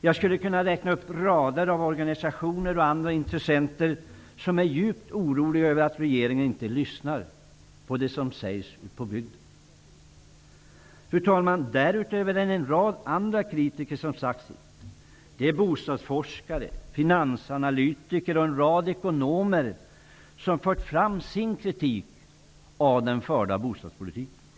Jag skulle kunna räkna upp en rad organisationer och andra intressenter som är djupt oroade över att regeringen inte lyssnar på det som sägs ute i bygderna. Fru talman! Därutöver har en rad andra kritiker sagt sitt. Bostadsforskare, finansanalytiker och en rad ekonomer har nämligen fört fram sin kritik mot den förda bostadspolitiken.